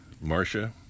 Marcia